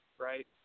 right